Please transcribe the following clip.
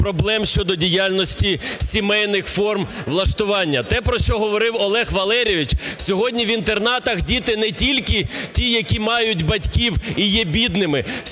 проблем щодо діяльності сімейних форм влаштування. Те, про що говорив Олег Валерійович, сьогодні в інтернатах діти, не тільки ті, які мають батьків і є бідними,